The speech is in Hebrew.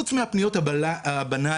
חוץ מהפניות הבנאליות,